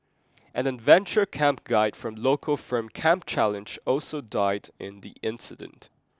an adventure camp guide from local firm Camp Challenge also died in the incident